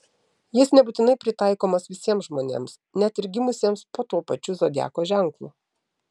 jis nebūtinai pritaikomas visiems žmonėms net ir gimusiems po tuo pačiu zodiako ženklu